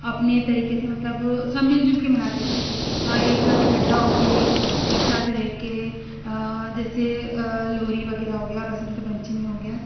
اپنے طریقے سے مطلب سب مل جل کے مناتے تھے اور ایک ساتھ اکٹھا ہوکے ایک ساتھ رہ کے جیسے لوہری وغیرہ ہوگیا بسنت پنچمی ہوگیا